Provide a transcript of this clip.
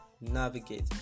navigate